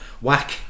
whack